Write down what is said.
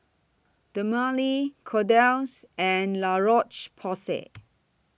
Dermale Kordel's and La Roche Porsay